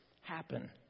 happen